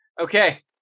Okay